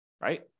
right